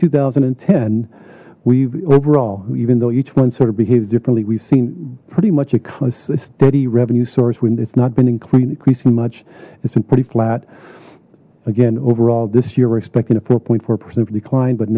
two thousand and ten we've overall even though each one sort of behaves differently we've seen pretty much it cause steady revenue source when it's not been including increasing much it's been pretty flat again overall this year were expecting a four point